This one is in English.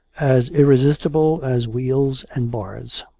as irresistible as wheels and bars.